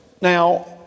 now